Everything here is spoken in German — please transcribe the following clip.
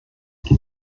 der